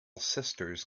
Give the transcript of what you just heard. sisters